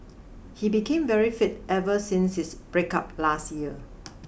he became very fit ever since his breakup last year